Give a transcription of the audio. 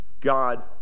God